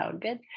good